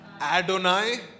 Adonai